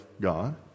God